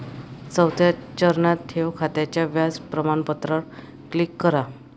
चौथ्या चरणात, ठेव खात्याच्या व्याज प्रमाणपत्रावर क्लिक करा